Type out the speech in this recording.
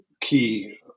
key